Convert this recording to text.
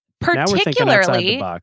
Particularly